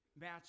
match